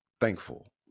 thankful